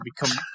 become